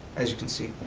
as you can see.